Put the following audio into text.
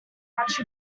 much